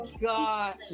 god